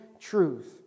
truth